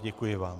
Děkuji vám.